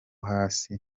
hasi